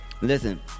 Listen